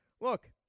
look